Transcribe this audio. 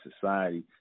society